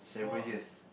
several years